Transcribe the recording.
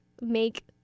make